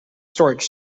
storage